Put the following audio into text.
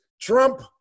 Trump